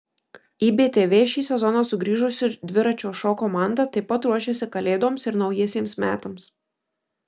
į btv šį sezoną sugrįžusi dviračio šou komanda taip pat ruošiasi kalėdoms ir naujiesiems metams